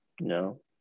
No